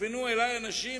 טלפנו אלי אנשים